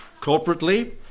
corporately